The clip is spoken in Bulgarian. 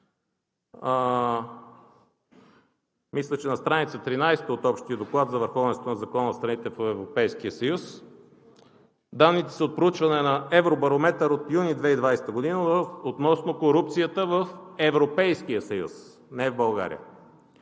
Мисля, че на страница 13 от Общия доклад за върховенството на закона в страните в Европейския съюз са данните от проучване на Евробарометър от месец юни 2020 г. относно корупцията в Европейския съюз – не в България.